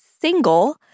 single